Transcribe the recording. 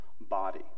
body